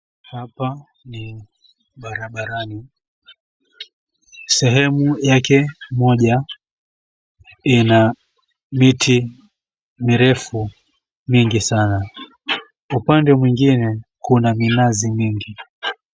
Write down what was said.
Hapa ni barabarani, sehemu yake moja ina miti mirefu sana mingi sana. Upande mwingine kuna minazi mingi.